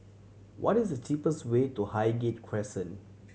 what is the cheapest way to Highgate Crescent